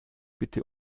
bitte